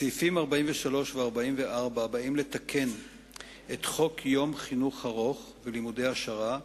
סעיפים 43 ו-44 באים לתקן את חוק יום חינוך ארוך ולימודי העשרה,